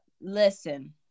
listen